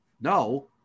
No